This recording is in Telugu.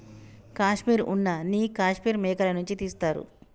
కాశ్మీర్ ఉన్న నీ కాశ్మీర్ మేకల నుంచి తీస్తారు